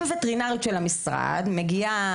אם וטרינרית של המשרד מגיעה,